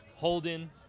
Holden